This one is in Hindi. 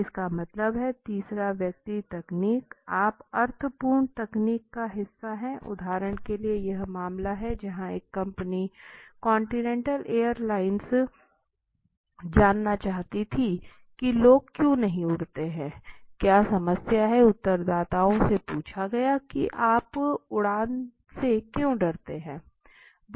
इसका मतलब है तीसरा व्यक्ति तकनीक आप अर्थपूर्ण तकनीक का हिस्सा है उदाहरण के लिए यह मामला है जहां एक कंपनी कॉन्टिनेंटल एयरलाइंस जानना चाहती थी कि लोग क्यों नहीं उड़ते हैं क्या समस्या है उत्तरदाताओं से पूछा गया कि क्या आप उड़ने से डरते हैं